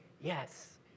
Yes